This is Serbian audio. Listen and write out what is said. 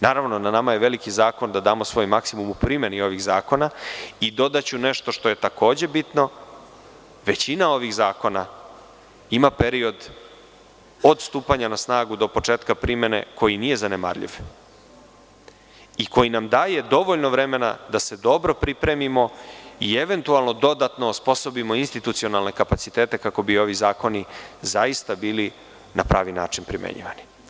Naravno, na nama jeveliki zakon da damo svoj maksimum u primeni ovih zakona i dodaću nešto što je takođe bitno – većina ovih zakona ima period od stupanja na snagu do početka primene, koji nije zanemarljiv i koji nam daje dovoljno vremena da se dobro pripremimo i eventualno dodatno osposobimo institucionalne kapacitete kako bi ovi zakoni zaista bili na pravi način primenjivani.